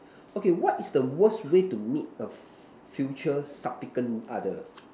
okay what is the worst way to meet a future significant other